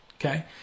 okay